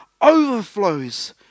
overflows